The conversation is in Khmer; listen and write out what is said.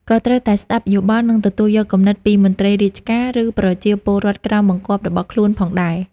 ក៏ត្រូវតែស្តាប់យោបល់ និងទទួលយកគំនិតពីមន្ត្រីរាជការ ឬប្រជាពលរដ្ឋក្រោមបង្គាប់របស់ខ្លួនផងដែរ។